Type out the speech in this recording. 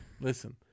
Listen